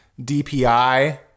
DPI